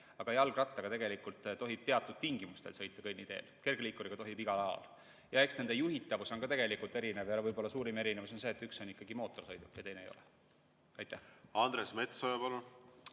aga jalgrattaga tegelikult tohib teatud tingimustel sõita kõnniteel. Kergliikuriga tohib igal ajal. Ja eks nende juhitavus on ka tegelikult erinev, võib-olla suurim erinevus on see, et üks on ikkagi mootorsõiduk ja teine ei ole. Aitäh selle küsimuse